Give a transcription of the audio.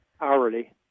hourly